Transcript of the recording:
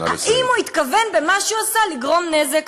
האם הוא התכוון במה שהוא עשה לגרום נזק?